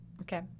okay